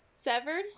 severed